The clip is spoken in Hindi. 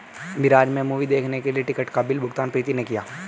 मिराज में मूवी देखने के लिए टिकट का बिल भुगतान प्रीति ने किया